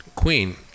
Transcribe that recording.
queen